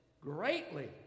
greatly